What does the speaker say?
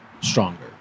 Stronger